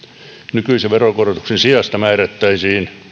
nykyisen veronkorotuksen sijasta määrättäisiin